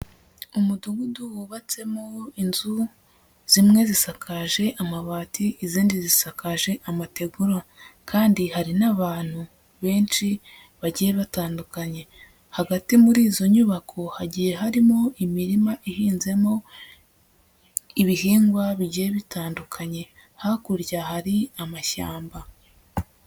Umudugudu wubatsemo inzu zimwe zisakaje amabati, izindi zisakaje amategura kandi hari n'abantu benshi bagiye batandukanye, hagati muri izo nyubako hagiye harimo imirima ihinzemo ibihingwa bigiye bitandukanye, hakurya hari amashyamba.